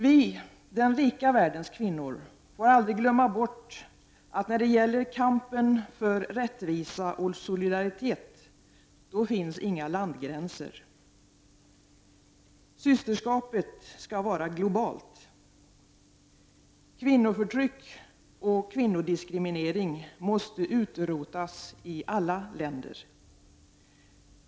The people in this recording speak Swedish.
Vi, den rika världens kvinnor, får aldrig glömma bort att när det gäller kampen för rättvisa och solidaritet finns inga landgränser. Systerskapet skall vara globalt. Kvinnoförtryck och kvinnodiskriminering måste utrotas i alla länder.